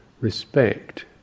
respect